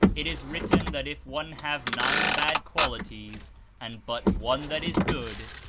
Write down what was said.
it is written that if one have nine bad qualities and but one that is good,